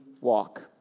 walk